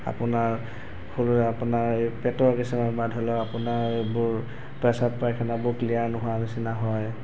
আপোনাৰ ফুল আপোনাৰ এই পেটৰ কিছুমান বা ধৰি লওক আপোনাৰ এইবোৰ প্ৰস্ৰাৱ পায়খানাবোৰ ক্লিয়াৰ নোহোৱা নিচিনা হয়